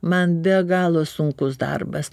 man be galo sunkus darbas